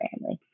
family